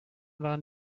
waren